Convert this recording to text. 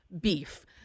beef